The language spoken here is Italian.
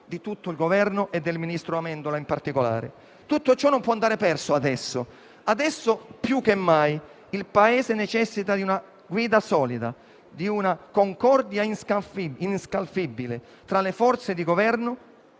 di tutto il Governo e del ministro Amendola in particolare. Tutto ciò non può andare perso adesso. Ora più che mai il Paese necessita di una guida solida, di una concordia inscalfibile tra le forze di Governo